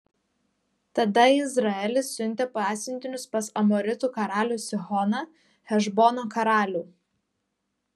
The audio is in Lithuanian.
tada izraelis siuntė pasiuntinius pas amoritų karalių sihoną hešbono karalių